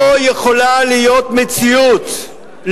לא יכולה להיות מציאות,